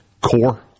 Core